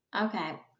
Okay